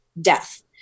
death